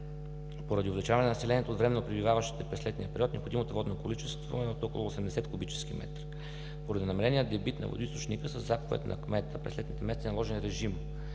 поради увеличаване на населението от временно пребиваващите през летния период необходимото водно количество е от около 80 куб. м. Поради намаления дебит на водоизточника със заповед на кмета през летните месеци е наложен режим